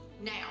Now